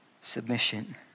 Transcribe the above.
submission